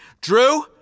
Drew